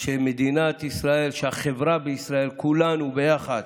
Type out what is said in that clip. שמדינת ישראל, שהחברה בישראל, כולנו ביחד,